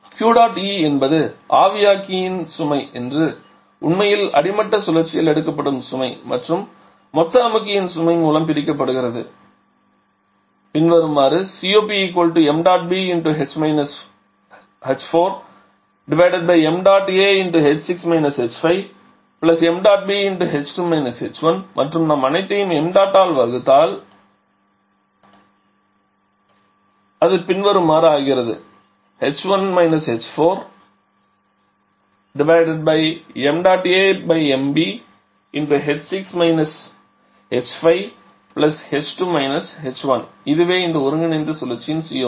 Q dot E என்பது ஆவியாக்கியின் சுமை அல்லது உண்மையில் அடிமட்ட சுழற்சியால் எடுக்கப்பட்ட சுமை மற்றும் மொத்த அமுக்கியின் சுமை மூலம் பிரிக்கிறது பின்வருமாறு மற்றும் நாம் அனைத்தையும் ṁB ஆல் வகுத்தால் இது பின்வருமாறு ஆகிறது இதுவே இந்த ஒருங்கிணைந்த சுழற்சியின் COP